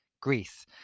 Greece